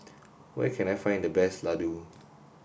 where can I find the best Ladoo